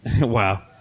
wow